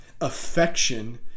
Affection